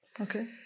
Okay